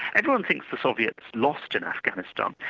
everyone thinks the soviets lost in afghanistan.